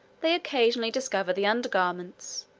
they occasionally discover the under garments,